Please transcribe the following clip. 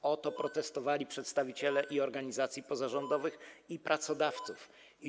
W tej sprawie protestowali przedstawiciele i organizacji pozarządowych, i pracodawców.